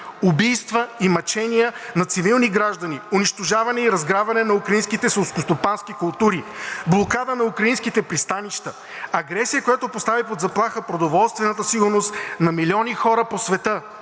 убийства и мъчения на цивилни граждани, унищожаване и разграбване на украинските селскостопански култури, блокада на украинските пристанища, агресия, която постави под заплаха продоволствената сигурност на милиони хора по света